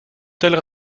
tels